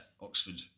Oxford